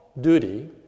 duty